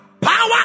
Power